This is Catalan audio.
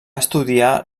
estudiar